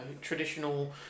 traditional